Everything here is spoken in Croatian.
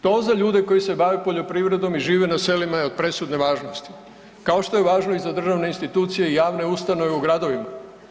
To za ljude koji se bave poljoprivredom i žive na selima je od presudne važnosti, kao što je važno i za državne institucije i javne ustanove u gradovima.